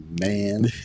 man